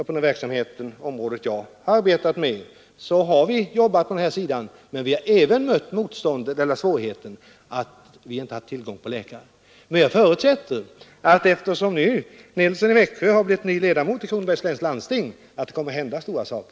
På det verkssamhetsområde som jag har arbetat med inom landstinget har vi arbetat med att lösa företagshälsovården, men vi har mött svårigheten att vi inte haft tillgång på läkare. Jag förutsätter emellertid att när nu herr Nilsson i Växjö har blivit ledamot av Kronobergs läns landsting kommer det att hända stora saker.